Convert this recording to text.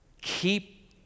keep